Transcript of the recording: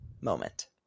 moment